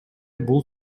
бул